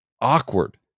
awkward